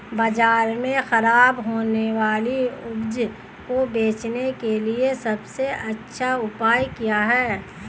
बाजार में खराब होने वाली उपज को बेचने के लिए सबसे अच्छा उपाय क्या है?